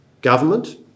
government